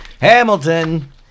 Hamilton